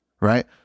right